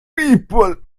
people